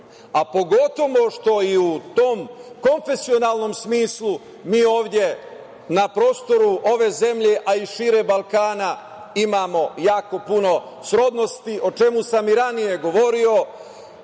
a pogotovo što i u tom konfesionalnom smislu mi ovde na prostoru ove zemlje, a i šire Balkana imamo jako puno srodnosti, o čemu sam i ranije govorio,